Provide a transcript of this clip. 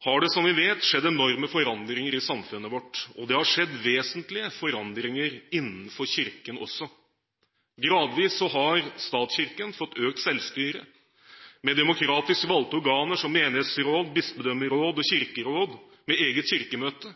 har det, som vi vet, skjedd enorme forandringer i samfunnet vårt, og det har skjedd vesentlige forandringer innenfor Kirken også. Gradvis har statskirken fått økt selvstyre, med demokratisk valgte organer som menighetsråd, bispedømmeråd og kirkeråd med eget kirkemøte.